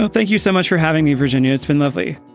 and thank you so much for having me. virginia it's been lovely.